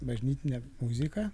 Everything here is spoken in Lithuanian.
bažnytinę muziką